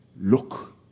look